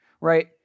right